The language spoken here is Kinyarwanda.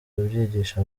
kubyigisha